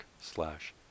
slash